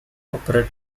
operate